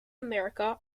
america